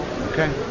Okay